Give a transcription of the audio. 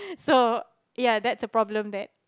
so ya that's a problem there